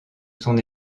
son